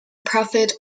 profit